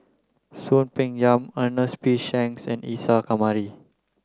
Soon Peng Yam Ernest P Shanks and Isa Kamari